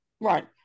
Right